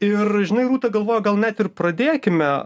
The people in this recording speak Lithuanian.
ir žinai rūta galvoju gal net ir pradėkime